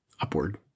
upward